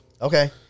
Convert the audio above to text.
Okay